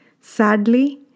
Sadly